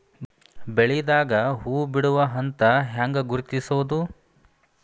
ಬೆಳಿದಾಗ ಹೂ ಬಿಡುವ ಹಂತ ಹ್ಯಾಂಗ್ ಗುರುತಿಸೋದು?